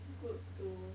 good to